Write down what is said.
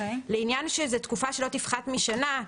לעניין שזה לתקופה שלא תפחת משנה,